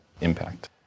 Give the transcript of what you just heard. impact